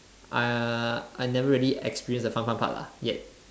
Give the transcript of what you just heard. uh I never really experience the fun fun part lah yet